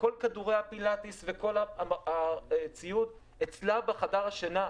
וכל הציוד וכדורי הפילאטיס מאוחסנים בחדר השינה שלה.